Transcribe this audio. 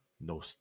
No